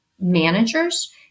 managers